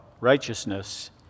righteousness